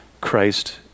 Christ